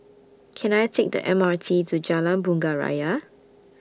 Can I Take The M R T to Jalan Bunga Raya